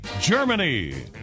Germany